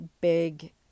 big